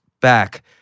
back